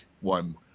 one